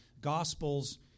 Gospels